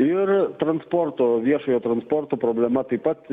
ir transporto viešojo transporto problema taip pat